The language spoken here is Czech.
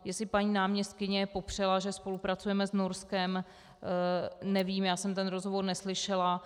Jestli paní náměstkyně popřela, že spolupracujeme s Norskem, nevím, já jsem ten rozhovor neslyšela.